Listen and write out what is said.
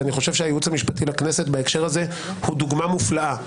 ואני חושב שהייעוץ המשפטי של הכנסת בהקשר הזה הוא דוגמה מופלאה.